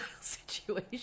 situation